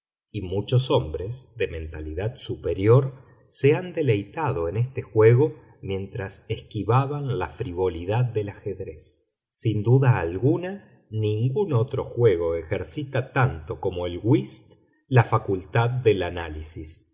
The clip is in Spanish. y muchos hombres de mentalidad superior se han deleitado en este juego mientras esquivaban la frivolidad del ajedrez sin duda alguna ningún otro juego ejercita tanto como el whist la facultad del análisis